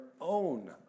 own